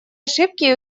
ошибки